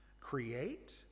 create